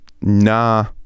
nah